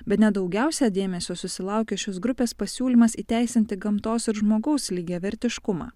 bene daugiausiai dėmesio susilaukė šios grupės pasiūlymas įteisinti gamtos ir žmogaus lygiavertiškumą